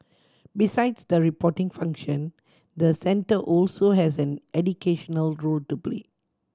besides the reporting function the centre also has an educational role to play